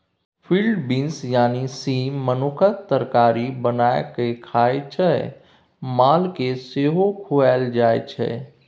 field beans यानी सीम मनुख तरकारी बना कए खाइ छै मालकेँ सेहो खुआएल जाइ छै